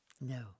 No